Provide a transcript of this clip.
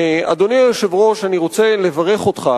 אדוני היושב-ראש, אני רוצה לברך אותך